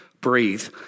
breathe